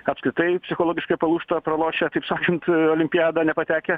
apskritai psichologiškai palūžta pralošę kaip sakant į olimpiadą nepatekę